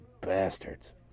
bastards